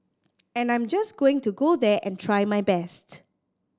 and I'm just going to go there and try my best